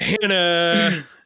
Hannah